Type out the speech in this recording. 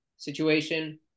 Situation